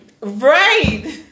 Right